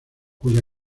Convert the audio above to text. cuya